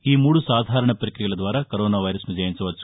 ఈ మూడు సాధారణ ప్రక్రియల ద్వారా కరోనా వైరస్ను జయించవచ్చు